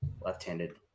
left-handed